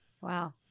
Wow